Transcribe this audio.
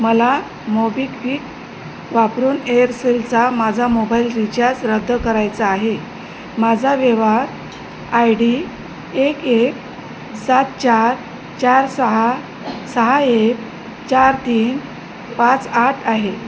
मला मोबिक्विक वापरून एअरसेलचा माझा मोबाईल रिचार्ज रद्द करायचा आहे माझा व्यवहार आय डी एक एक सात चार चार सहा सहा एक चार तीन पाच आठ आहे